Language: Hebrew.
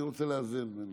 (תקווה